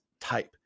type